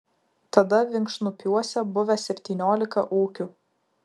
tada vinkšnupiuose buvę septyniolika ūkių